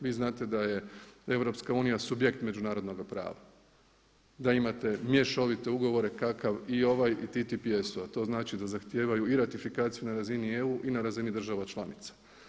Vi znate da je EU subjekt međunarodnoga prava, da imate mješovite ugovore kakav i ovaj TTPS-ov, a to znači da zahtijevaju i ratifikaciju na razini EU i na razini država članica.